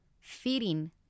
feeding